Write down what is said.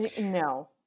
no